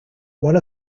one